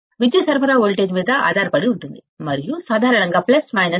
విద్యుత్ సరఫరా వోల్టేజ్ మీద ఆధారపడి ఉంటుంది మరియు సాధారణంగా ప్లస్ మైనస్9plusminus 13